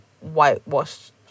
whitewashed